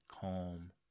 calm